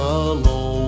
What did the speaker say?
alone